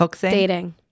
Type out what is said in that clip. dating